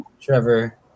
Trevor